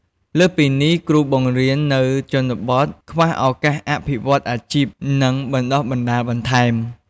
លើសពីនេះ គ្រូបង្រៀននៅជនបទ ខ្វះឱកាសអភិវឌ្ឍអាជីព និងបណ្តុះបណ្តាលបន្ថែម។